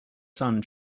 son